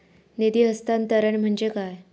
निधी हस्तांतरण म्हणजे काय?